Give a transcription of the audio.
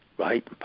right